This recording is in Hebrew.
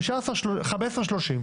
15.30 שקלים.